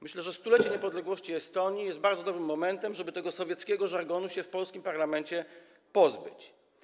Myślę, że stulecie niepodległości Estonii jest bardzo dobrym momentem, żeby tego sowieckiego żargonu się w polskim parlamencie pozbyć.